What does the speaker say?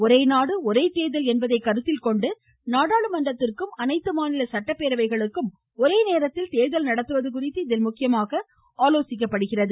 ஒரே நாடு ஒரே தேர்தல் என்பதை கருத்தில்கொண்டு நாடாளுமன்றத்திற்கும் அனைத்து மாநில சட்டப்பேரவைகளுக்கும் ஒரேநேரத்தில் தேர்தல் நடத்துவது குறித்து இதில் முக்கியமாக ஆலோசிக்கப்படுகிறது